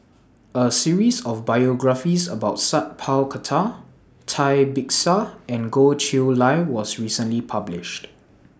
A series of biographies about Sat Pal Khattar Cai Bixia and Goh Chiew Lye was recently published